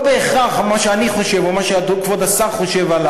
לא בהכרח מה שאני חושב או מה שכבוד השר חושב על